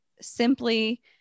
simply